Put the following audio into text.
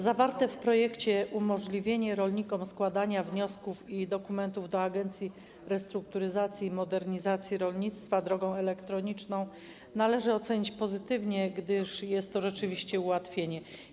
Zawarte w projekcie umożliwienie rolnikom składania wniosków i dokumentów do Agencji Restrukturyzacji i Modernizacji Rolnictwa drogą elektroniczną należy ocenić pozytywnie, gdyż jest to rzeczywiście ułatwienie.